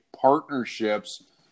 partnerships